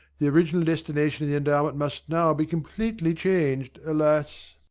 the original destination of the endowment must now be completely changed, alas!